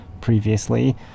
previously